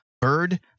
Bird